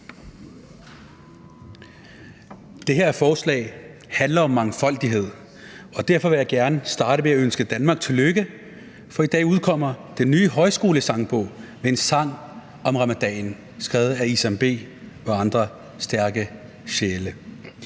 Det her forslag handler om mangfoldighed, og derfor vil jeg gerne starte med at ønske Danmark tillykke, for i dag udkommer den nye højskolesangbog med en sang om ramadanen skrevet af Isam B og andre stærke sjæle.